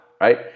right